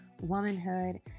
womanhood